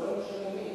זה לא משנה מי.